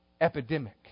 epidemic